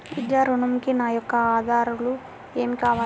విద్యా ఋణంకి నా యొక్క ఆధారాలు ఏమి కావాలి?